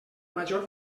major